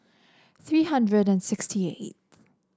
three hundred and sixty eighth